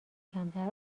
کمتر